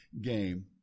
game